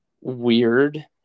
weird